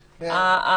שם.